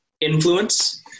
influence